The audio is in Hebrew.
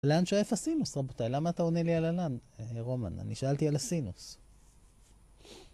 לאן שואף הסינוס רבותיי? למה אתה עונה לי על הלאן, רומן, אני שאלתי על הסינוס